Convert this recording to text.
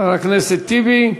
חבר הכנסת טיבי,